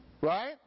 Right